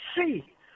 see